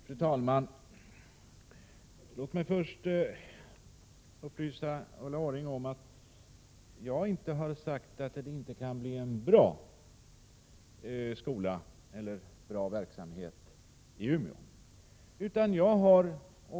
Fru talman! Låt mig först upplysa Ulla Orring om att jag inte har sagt att det inte kan bli en bra skola eller en bra verksamhet i Umeå.